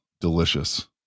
delicious